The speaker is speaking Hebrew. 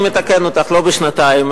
אני מתקן אותך: לא בשנתיים,